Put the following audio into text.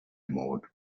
mode